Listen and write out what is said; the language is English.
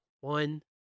One